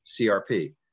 CRP